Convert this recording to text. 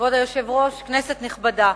כבוד היושב-ראש, כנסת נכבדה,